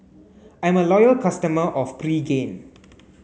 I'm a loyal customer of Pregain